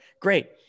great